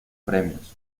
premios